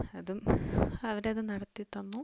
അതും അവരത് നടത്തിത്തന്നു